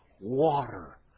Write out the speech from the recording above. Water